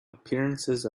appearances